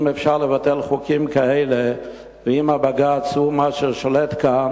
אם אפשר לבטל חוקים כאלה ואם הבג"ץ הוא ששולט כאן,